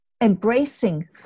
embracing